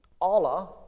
Allah